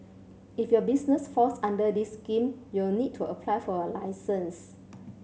if your business falls under this scheme you'll need to apply for a license